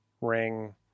Ring